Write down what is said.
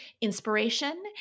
inspiration